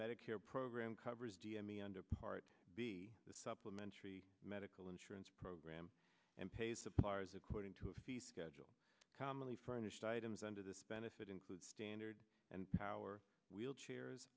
medicare program covers d m me under part b the supplementary medical insurance program and pay suppliers according to a fee schedule commonly furnished items under this benefit include standard and power wheelchairs